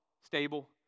stable